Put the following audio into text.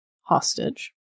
hostage